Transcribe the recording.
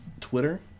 Twitter